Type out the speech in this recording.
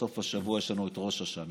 בסוף השבוע יש לנו את ראש השנה,